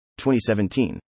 2017